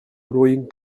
growing